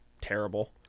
terrible